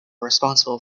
responsible